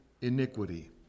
iniquity